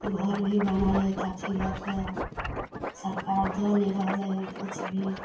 घरभी बनाइयै छपकी लऽके सरकार दऽ नहि रहलै हन किछु भी